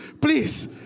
please